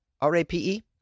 R-A-P-E